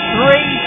Three